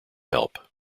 help